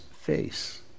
face